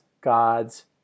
God's